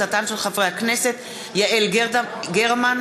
של חברי הכנסת יעל גרמן,